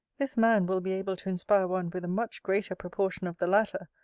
this man will be able to inspire one with a much greater proportion of the latter,